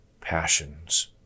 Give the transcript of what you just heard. passions